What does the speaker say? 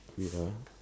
wait ah